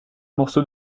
morceau